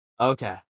Okay